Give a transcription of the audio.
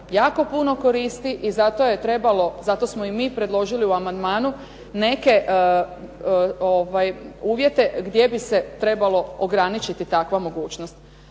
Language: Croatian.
zato je trebalo, zato smo i mi predložili u amandmanu neke uvjete gdje bi se trebalo ograničiti takva mogućnost.